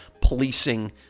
policing